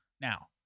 now